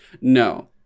no